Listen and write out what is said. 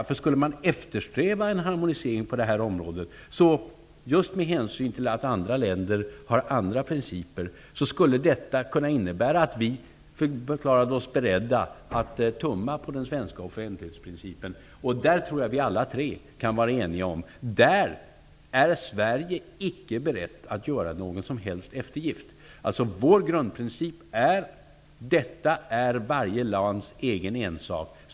Om man skulle eftersträva en harmonisering på detta område, skulle det kunna innebära att vi förklarade oss beredda att tumma på den svenska offentlighetsprincipen, med hänsyn till att andra länder har andra principer. Där tror jag vi alla tre kan vara eniga om att Sverige icke är berett att göra någon som helst eftergift. Vår grundprincip är att detta är varje lands ensak.